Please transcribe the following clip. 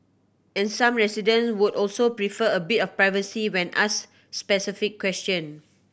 and some residents would also prefer a bit of privacy when asked specific questions